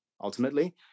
ultimately